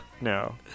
No